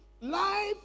life